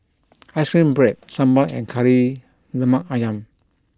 Ice Cream Bread Sambal and Kari Lemak Ayam